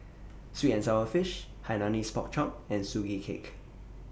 Sweet and Sour Fish Hainanese Pork Chop and Sugee Cake